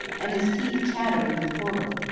and his teeth chattering with horror.